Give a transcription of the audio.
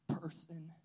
person